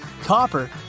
copper